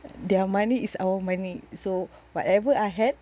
their money is our money so whatever I had